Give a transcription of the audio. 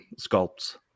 sculpts